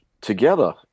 together